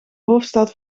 hoofdstad